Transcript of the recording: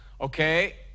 Okay